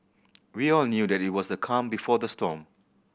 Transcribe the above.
we all knew that it was the calm before the storm